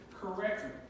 correctly